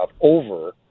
over